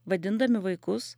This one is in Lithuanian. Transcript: vadindami vaikus